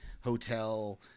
hotel